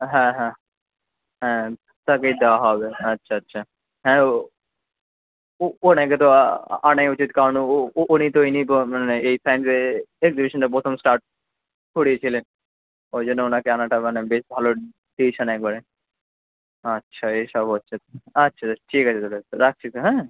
হ্যাঁ হ্যাঁ হ্যাঁ তাতে যা হবে আচ্ছা আচ্ছা হ্যাঁ ও ওঁকে তো আ আনাই উচিত কারণ উ উনি তো এই নিয়ে প্র মানে এই সাইন্সের একজিবিশনটা বসানো স্টার্ট করিয়েছিলেন ওই জন্য ওঁকে আনাটা মানে বেস ভালো ডিসিশান একবারে আচ্ছা এই সব হচ্ছে আচ্ছা আচ্ছা ঠিক আছে দাদা রাখছি স্যার হ্যাঁ